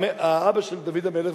האבא של דוד המלך,